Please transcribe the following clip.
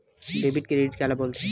Debit credit काला बोल थे?